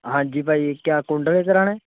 ਹਾਂਜੀ ਭਾ ਜੀ ਕਿਆ ਕੁੰਡਲੇ ਕਰਾਉਣੇ